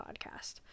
podcast